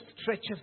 stretches